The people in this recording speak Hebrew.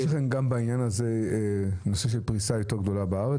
יש לכם בעניין הזה תוכניות לפריסה רחבה יותר בארץ?